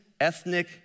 ethnic